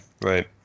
right